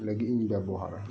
ᱞᱟᱹᱜᱤᱫ ᱤᱧ ᱵᱮᱣᱦᱟᱨᱟ